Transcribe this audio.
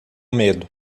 medo